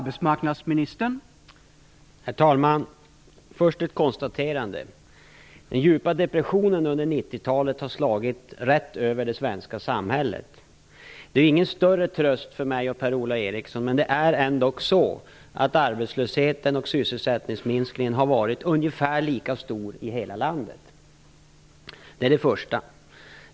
Herr talman! Först ett konstaterande: Den djupa depressionen under 90-talet har slagit rätt över det svenska samhället. Det är ingen större tröst för mig och Per-Ola Eriksson, men det är ändå så att arbetslösheten och sysselsättningsminskningen har varit ungefär lika stor i hela landet. Det är det första.